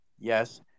Yes